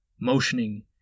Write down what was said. motioning